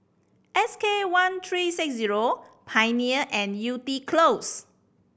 S K one three six zero Pioneer and Yew Tee Close